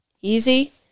easy